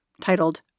titled